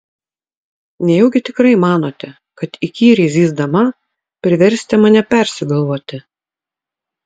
nejaugi tikrai manote kad įkyriai zyzdama priversite mane persigalvoti